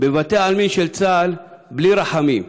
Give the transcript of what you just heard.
בבתי-העלמין של צה"ל, בלי רחמים,